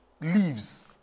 leaves